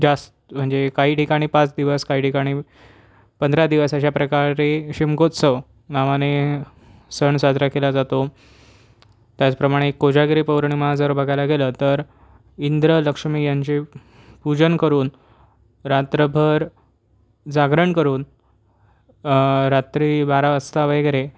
जास म्हणजे काही ठिकाणी पाच दिवस काही ठिकाणी पंधरा दिवस अशा प्रकारे शिमगोत्सव नावाने सण साजरा केला जातो त्याचप्रमाणे कोजागिरी पौर्णिमा जर बघायला गेलं तर इंद्र लक्ष्मी यांचे पूजन करून रात्रभर जागरण करून रात्री बारा वाजता वगैरे